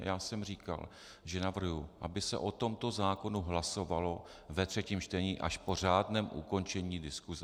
Já jsem říkal, že navrhuji, aby se o tomto zákonu hlasovalo ve třetím čtení až po řádném ukončení diskuse.